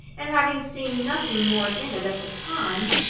and having seen nothing more in it, at the time,